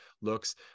looks